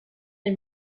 les